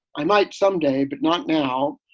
i might someday, but not now.